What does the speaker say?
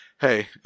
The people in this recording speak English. hey